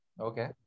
Okay